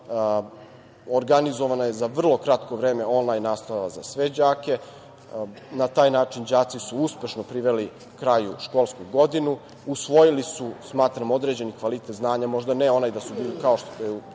Organizovana je za vrlo kratko vreme onlajn nastava za sve đake. Na taj način đaci su uspešno priveli kraju školsku godinu, usvojili su, smatram određeni kvalitet znanja, možda ne onaj kao što je to